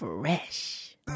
fresh